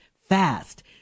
fast